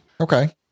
Okay